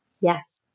Yes